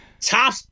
top